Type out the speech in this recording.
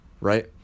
right